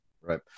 Right